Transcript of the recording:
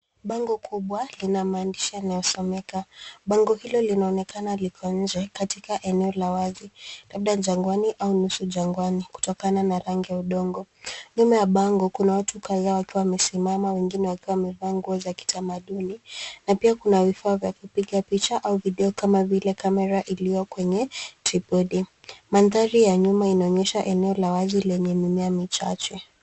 Bango kubwa lina maandishi yanayosomeka. Bango hilo linaonekana liko nje katika eneo la wazi labda jangwani au nusu jangwani kutokana na rangi ya udongo. Nyuma ya bango kuna watu kadhaa wakiwa wamesimama wengine wakiwa wamevaa nguo za kitamaduni na pia kuna vifaa vya kupiga picha au video kama vile kamera iliyo kwenye tripod . Mandhari ya nyuma inaonyesha eneo la wazi lenye mimea michache.